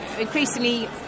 increasingly